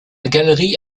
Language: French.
galerie